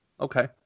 Okay